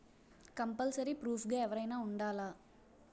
Compulsory proof గా ఎవరైనా ఉండాలా?